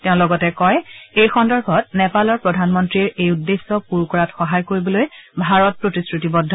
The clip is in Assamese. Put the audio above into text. তেওঁ লগতে কয় যে এই সন্দৰ্ভত নেপালৰ প্ৰধানমন্ত্ৰীৰ এই উদ্দেশ্য পূৰ কৰাত সহায় কৰিবলৈ ভাৰত প্ৰতিশ্ৰুতিবদ্ধ